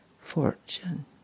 fortune